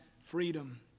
freedom